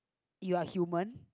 you're human